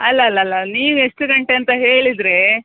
ಅಲ್ಲ ಅಲ್ಲ ಅಲ್ಲ ನೀವು ಎಷ್ಟು ಗಂಟೆ ಅಂತ ಹೇಳಿದರೆ